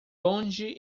onde